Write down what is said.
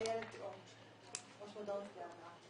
אני אילת אורנשטיין, ראש מדור נפגעי עבירה.